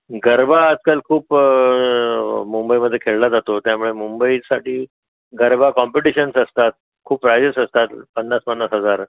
गरबा आजकाल खूप मुंबईमध्ये खेळला जातो त्यामुळे मुंबईसाठी गरबा कॉम्पिटिशन्स असतात खूप प्राईजेस असतात पन्नास पन्नास हजार